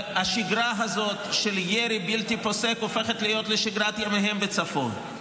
והשגרה הזאת של ירי בלתי פוסק הופכת להיות לשגרת ימיהם בצפון.